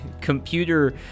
computer